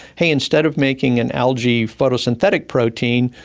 hey, instead of making an algae photosynthetic protein,